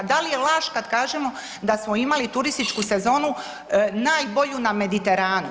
Da li je laž kad kažemo da smo imali turističku sezonu najbolju na Mediteranu?